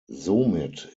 somit